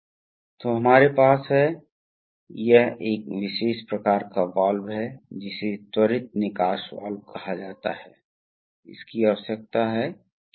तो दबाव बढ़ जाएगा अब आप देखते हैं कि दो राहत वाल्व हैं यह एक राहत वाल्व है और यह एक और राहत वाल्व है